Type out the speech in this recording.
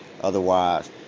Otherwise